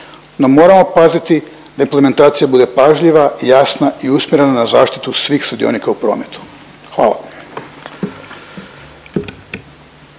no moramo paziti da implementacija bude pažljiva i jasna i usmjerena na zaštitu svih sudionika u prometu. Hvala.